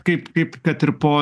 kaip kaip kad ir po